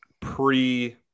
pre